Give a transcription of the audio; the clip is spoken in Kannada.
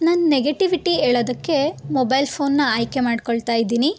ನಾನ್ ನೆಗೆಟಿವಿಟಿ ಹೇಳೋದಕ್ಕೆ ಮೊಬೈಲ್ ಫೋನನ್ನ ಆಯ್ಕೆ ಮಾಡ್ಕೊಳ್ತಾ ಇದ್ದೀನಿ